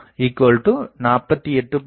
94 48